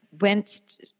went